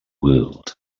world